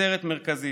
עצרת מרכזית.